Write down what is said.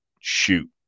shoot